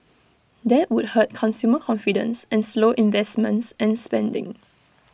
that would hurt consumer confidence and slow investments and spending